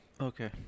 Okay